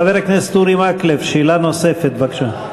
חבר הכנסת אורי מקלב, שאלה נוספת, בבקשה.